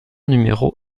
numéro